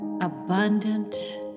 abundant